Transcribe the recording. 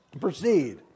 proceed